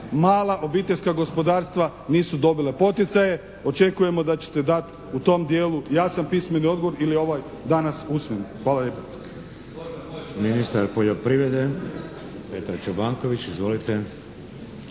mala obiteljska gospodarstva nisu dobila poticaje. Očekujemo da ćete dati u tom dijelu jasan pismeni odgovor ili ovaj danas usmeni. Hvala lijepo.